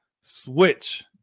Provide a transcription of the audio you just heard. switch